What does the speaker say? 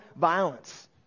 violence